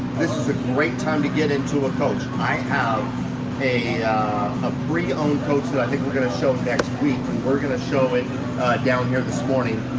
this is a great time to get into a coach. i have a a pre-owned coach that i think we're gonna show off next week and we're going to show it down here this morning.